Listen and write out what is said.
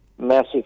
massive